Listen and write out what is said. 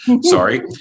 Sorry